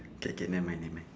K K never mind never mind